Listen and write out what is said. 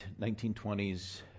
1920s